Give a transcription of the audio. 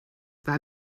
war